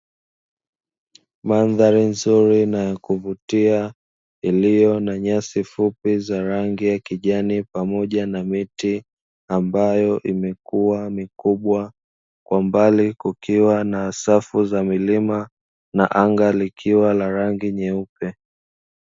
Mandhari nzuri na ya kuvutia, iliyo na nyasi fupi za rangi ya kijani pamoja na miti ambayo imekua mikubwa, kwa mbali kukiwa na safu za milima na anga likiwa la rangi nyeupe.